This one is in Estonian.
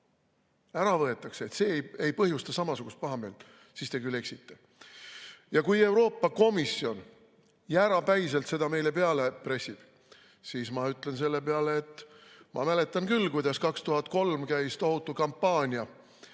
äravõtmine ei põhjusta samasugust pahameelt, siis te küll eksite. Ja kui Euroopa Komisjon jäärapäiselt seda meile peale pressib, siis ma ütlen selle peale, et ma mäletan küll, kuidas 2003 käis tohutu kampaania: